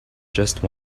just